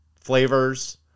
flavors